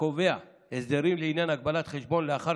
הקובע הסדרים לעניין הגבלת חשבון לאחר